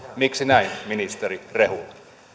miksi näin ministeri rehula